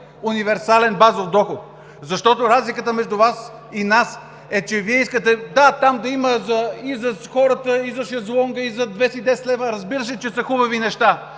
универсален базов доход! Разликата между Вас и нас е, че Вие искате там да има и за хората, и за шезлонга, и 210 лв. – разбира се, че са хубави неща;